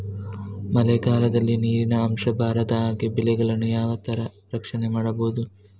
ಮಳೆಗಾಲದಲ್ಲಿ ನೀರಿನ ಅಂಶ ಬಾರದ ಹಾಗೆ ಬೆಳೆಗಳನ್ನು ಯಾವ ತರ ರಕ್ಷಣೆ ಮಾಡ್ಬಹುದು?